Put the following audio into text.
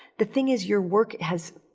the thing is, your work has,